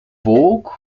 vogue